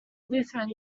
lutheran